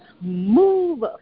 Move